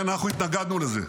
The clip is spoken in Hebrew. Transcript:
אנחנו התנגדנו לזה.